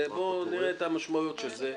בוא נראה את המשמעויות של זה.